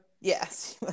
Yes